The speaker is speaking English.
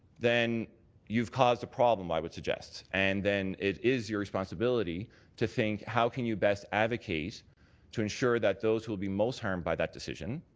then you've caused a problem, i would suggest. and then it is your responsibility to think how can you best advocate to ensure that those who will be most harmed by that decision,